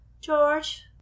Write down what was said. George